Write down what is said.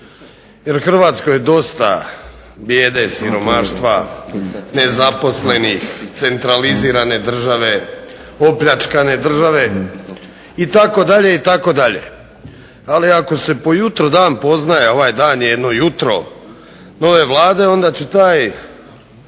jer Hrvatskoj je dosta bijede, siromaštva, centralizirane države, opljačkane države itd. Ali ako se po jutru dan poznaje, a ovaj dan je jedno jutro nove Vlade, onda će taj